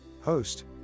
Host